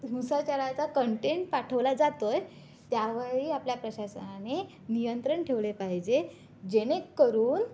हिंसाचाराचा कन्टेन्ट पाठवला जातोय त्यावरही आपल्या प्रशासनाने नियंत्रण ठेवले पाहिजे जेणेकरून